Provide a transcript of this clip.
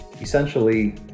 essentially